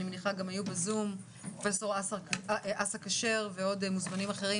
ביניהם גם פרופסור כשר ומוזמנים אחרים